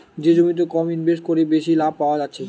যে জমিতে কম ইনভেস্ট কোরে বেশি লাভ পায়া যাচ্ছে